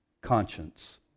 conscience